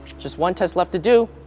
just one test left to do.